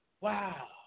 Wow